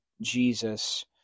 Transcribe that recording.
Jesus